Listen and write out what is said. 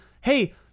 hey